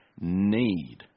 need